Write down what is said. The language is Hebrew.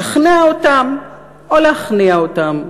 לשכנע אותם או להכניע אותם.